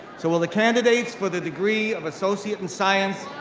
so, will the candidates for the degree of associate in science,